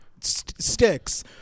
sticks